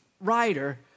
writer